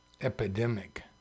epidemic